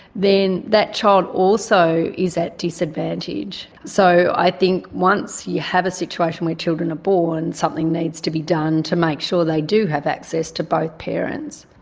then that child also is at disadvantage. so i think once you have a situation where children are born, something needs to be done to make sure they do have access to both parents.